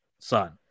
son